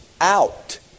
out